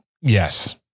Yes